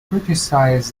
criticized